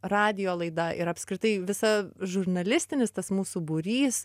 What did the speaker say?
radijo laida ir apskritai visa žurnalistinis tas mūsų būrys